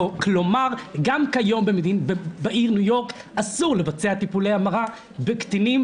כלומר גם כיום בעיר ניו יורק אסור לבצע טיפולי המרה בקטינים,